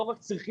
לא רק צריכים,